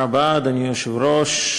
אדוני היושב-ראש,